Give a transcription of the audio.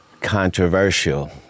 controversial